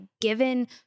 given